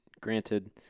granted